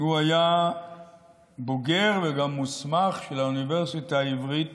הוא היה בוגר וגם מוסמך של האוניברסיטה העברית